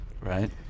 Right